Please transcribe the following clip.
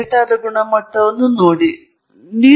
ಆದ್ದರಿಂದ ಒಬ್ಬರು ತುಂಬಾ ವಿಶಾಲವಾದ ನೋಟವನ್ನು ಹೊಂದಿರಬೇಕು